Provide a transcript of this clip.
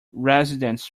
residents